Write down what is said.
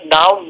now